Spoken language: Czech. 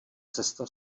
cesta